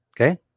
okay